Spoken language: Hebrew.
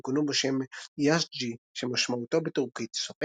לכן כונו בשם "יאזג'י" שמשמעותו בטורקית סופר.